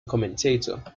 commentator